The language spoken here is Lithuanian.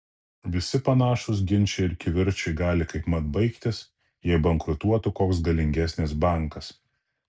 visi panašūs ginčai ir kivirčai gali kaipmat baigtis jei bankrutuotų koks galingesnis bankas